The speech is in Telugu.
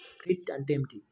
క్రెడిట్ అంటే ఏమిటి?